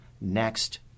next